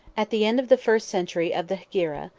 at the end of the first century of the hegira,